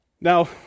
Now